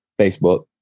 Facebook